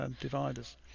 dividers